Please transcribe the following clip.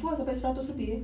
jual sampai seratus lebih eh